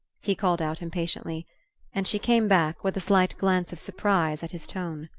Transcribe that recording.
he called out impatiently and she came back, with a slight glance of surprise at his tone.